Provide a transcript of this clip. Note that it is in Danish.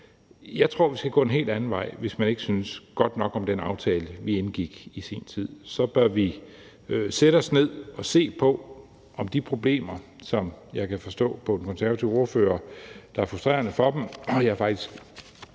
Jeg tror, vi skal gå en helt anden vej, hvis ikke man synes godt nok om den aftale, vi indgik i sin tid. Så bør vi sætte os ned og se på de problemer, som jeg kan forstå på den konservative ordfører er frustrerende for dem, og jeg er faktisk